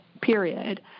period